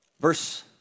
Verse